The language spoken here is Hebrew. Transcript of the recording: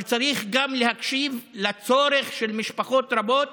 אבל צריך גם להקשיב לצורך של משפחות רבות